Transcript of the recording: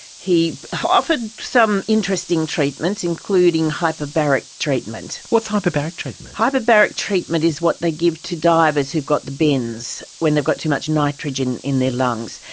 he offered some interesting treatments, including hyperbaric treatment. what's hyperbaric treatment? hyperbaric treatment is what they give to divers who got the bends, when they've got too much nitrogen in their lungs.